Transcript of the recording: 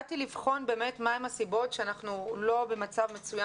באתי לבחון מה הן הסיבות שאנחנו לא במצב מצוין